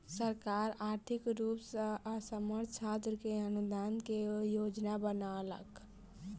सरकार आर्थिक रूप सॅ असमर्थ छात्र के अनुदान के योजना बनौलक